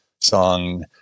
song